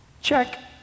check